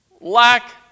lack